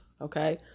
Okay